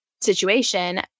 situation